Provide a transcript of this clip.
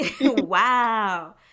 wow